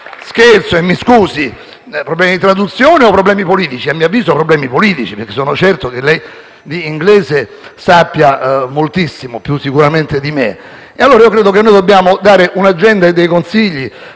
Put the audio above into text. Scherzo e mi scusi: problemi di traduzione o problemi politici? A mio avviso, problemi politici perché sono certo che lei l'inglese lo conosce moltissimo, di sicuro più di me. Credo che noi dobbiamo dare un'agenda e dei consigli